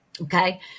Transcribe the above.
Okay